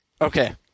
Okay